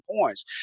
points